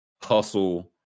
hustle